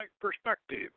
perspective